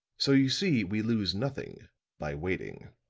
so you see, we lose nothing by waiting.